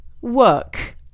work